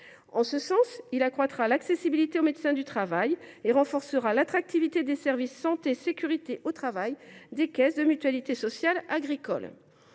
En ce sens, il accroîtra l’accessibilité aux médecins du travail et renforcera l’attractivité des services de santé et de sécurité au travail des caisses de la Mutualité sociale agricole.